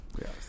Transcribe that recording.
yes